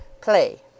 Play